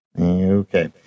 Okay